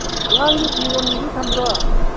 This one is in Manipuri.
ꯑꯉꯥꯡꯒꯤ ꯐꯤꯔꯣꯜꯗꯤ ꯊꯝꯕ꯭ꯔꯣ